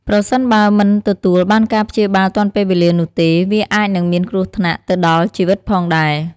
ប្រសិនបើមិនទទួលបានការព្យាបាលទាន់ពេលវេលានោះទេ វាអាចនឹងមានគ្រោះថ្នាក់ទៅដល់ជីវិតផងដែរ។